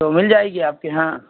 تو مل جائے گی آپ کے یہاں